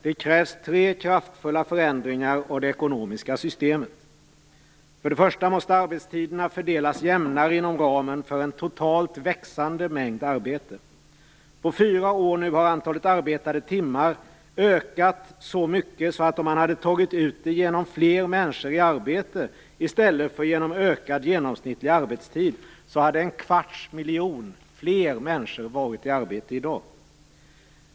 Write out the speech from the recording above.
Det krävs tre kraftfulla förändringar av det ekonomiska systemet. För det första måste arbetstiderna fördelas jämnare inom ramen för en totalt växande mängd arbete. Under fyra år har antalet arbetade timmar ökat så mycket att om det hade tagits ut genom fler människor i arbete i stället för genom ökad genomsnittlig arbetstid hade en kvarts miljon fler människor varit i arbete i dag.